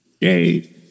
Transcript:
Yay